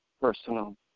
personal